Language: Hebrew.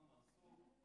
מנסור,